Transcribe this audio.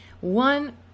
One